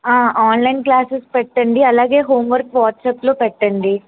online classes పెట్టండి అలాగే homework WhatsApp లో పెట్టండి